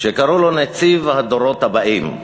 שקראו לו "נציב הדורות הבאים".